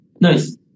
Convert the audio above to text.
Nice